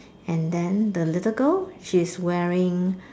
and then the little girl she's wearing